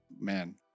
man